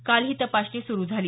काल ही तपासणी सुरु झाली